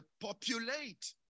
populate